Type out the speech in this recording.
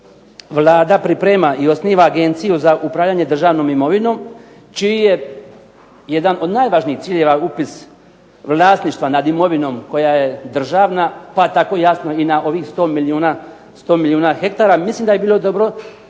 Vlada priprema i osniva agenciju za upravljanje državnom imovinom čiji je jedan od najvažnijih ciljeva upis vlasništva nad imovinom koja je državna, pa tako jasno i na ovih 100 milijuna hektara mislim da bi bilo dobro